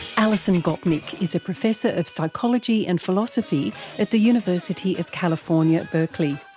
alison gopnik is a professor of psychology and philosophy at the university of california, berkeley.